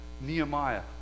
Nehemiah